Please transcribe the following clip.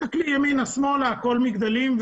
תסתכלי ימינה ושמאלה, הכול מגדלים.